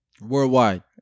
Worldwide